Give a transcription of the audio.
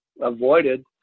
avoided